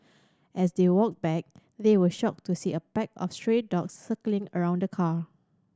as they walked back they were shocked to see a pack of stray dogs circling around the car